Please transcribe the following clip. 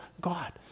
God